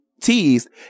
teased